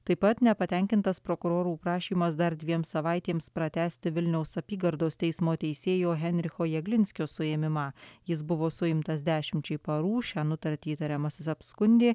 taip pat nepatenkintas prokurorų prašymas dar dviem savaitėms pratęsti vilniaus apygardos teismo teisėjo henricho jaglinskio suėmimą jis buvo suimtas dešimčiai parų šią nutartį įtariamasis apskundė